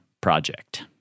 project